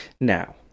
now